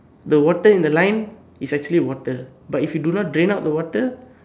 the water in the line is actually water but if you don't drain out the water